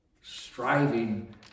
striving